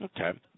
Okay